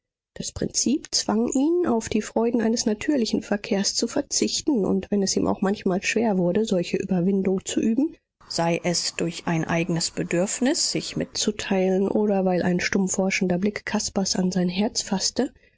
das prinzip zwang ihn auf die freuden eines natürlichen verkehrs zu verzichten und wenn es ihm auch manchmal schwer wurde solche überwindung zu üben sei es durch ein eignes bedürfnis sich mitzuteilen oder weil ein stumm forschender blick caspars an sein herz faßte